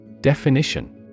Definition